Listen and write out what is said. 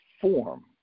form